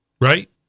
right